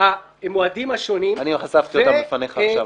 המועדים השונים -- אני חשפתי אותם בפניך עכשיו,